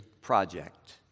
project